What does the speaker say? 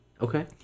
Okay